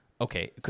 okay